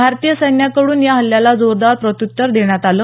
भारतीय सैन्याकडूनही या हल्ल्याला जोरदार प्रत्युत्तर देण्यात आलं